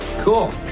Cool